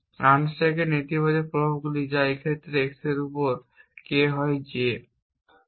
আনস্ট্যাকের নেতিবাচক প্রভাবগুলি যা এই ক্ষেত্রে x এর উপর K হয় J